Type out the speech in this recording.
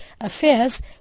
affairs